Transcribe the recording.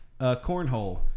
cornhole